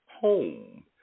Home